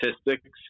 statistics